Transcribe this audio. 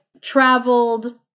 traveled